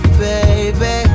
baby